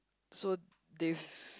so they